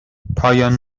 پایان